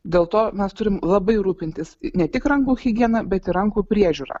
dėl to mes turim labai rūpintis ne tik rankų higiena bet ir rankų priežiūra